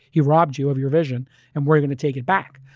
he robbed you of your vision and we're going to take it back.